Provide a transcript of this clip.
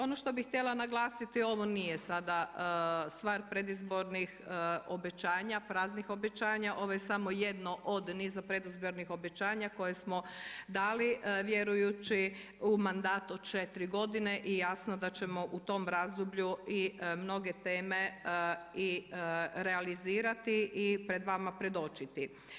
Ono što bi htjela naglasiti, ovo nije sada stvar predizbornih obećanja, praznih obećanja, ovo je samo jedno od niza predizbornih obećanja koje smo dali vjerujući u mandatu od 4 godine i jasno da ćemo u tom razdoblju i mnoge teme i realizirati i vama predočiti.